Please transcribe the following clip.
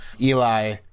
Eli